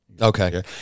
Okay